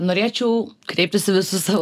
norėčiau kreiptis į visus savo